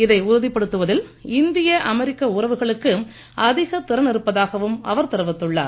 இதை உறுதிப்படுத்துவதில் இந்தியா அமெரிக்க உறவுகளுக்கு அதிக திறன் இருப்பதாகவும் அவர் தெரிவித்துள்ளார்